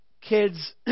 kids